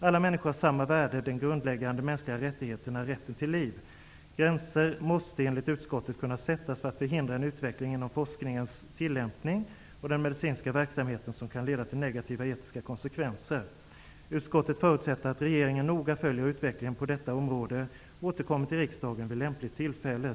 Alla människor har samma värde och den grundläggande mänskliga rättigheten är rätten till liv. Gränser måste, enligt utskottet, kunna sättas för att förhindra en utveckling inom forskningens tillämpning och den medicinska verksamheten som kan leda till negativa etiska konsekvenser. Utskottet förutsätter att regeringen noga följer utvecklingen på detta område och återkommer till riksdagen vid lämpligt tillfälle.''